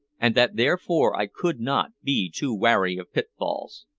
and that therefore i could not be too wary of pitfalls.